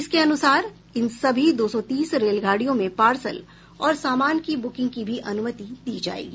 इसके अनुसार इन सभी दो सौ तीस रेलगाड़ियों में पार्सल और सामान की ब्रुकिंग की भी अनुमति दी जाएगी